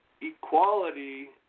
equality